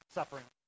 suffering